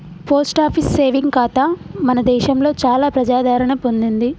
post office saving ఖాతా మన దేశంలో చాలా ప్రజాదరణ పొందింది